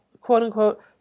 quote-unquote